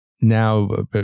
now